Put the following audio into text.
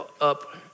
up